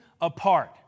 apart